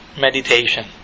meditation